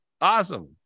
awesome